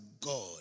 God